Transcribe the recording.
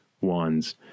ones